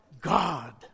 God